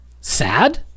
sad